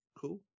Cool